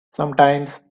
sometimes